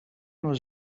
was